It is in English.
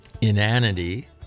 inanity